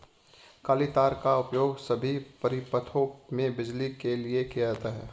काली तार का उपयोग सभी परिपथों में बिजली के लिए किया जाता है